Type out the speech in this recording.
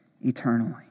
eternally